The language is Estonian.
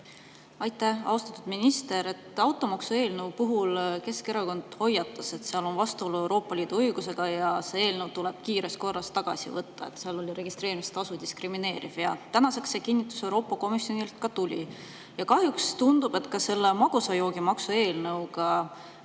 Aitäh! Austatud minister! Automaksu eelnõu puhul Keskerakond hoiatas, et seal on vastuolu Euroopa Liidu õigusega ja see eelnõu tuleb kiires korras tagasi võtta. Registreerimistasu oli diskrimineeriv. Tänaseks on see kinnitus Euroopa Komisjonilt ka tulnud. Kahjuks tundub, et ka selle magusa joogi maksu [seaduse]